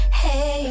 hey